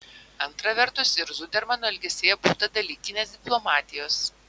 antra vertus ir zudermano elgesyje būta dalykinės diplomatijos